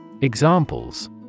Examples